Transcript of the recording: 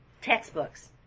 textbooks